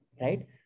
right